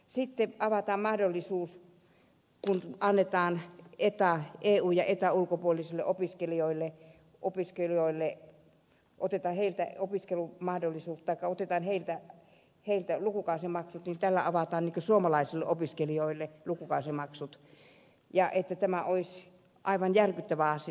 sitten kun eun ja etan ulkopuolisilta opiskelijoilta otetaan lukukausimaksut niin tällä muka avattaisiin suomalaisillekin opiskelijoille lukukausimaksut ja tämä olisi aivan järkyttävä asia